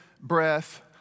breath